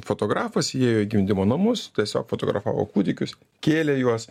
fotografas įėjo į gimdymo namus tiesiog fotografavo kūdikius kėlė juos